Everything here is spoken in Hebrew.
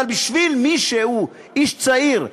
אבל בשביל מי שהוא איש צעיר,